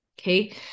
okay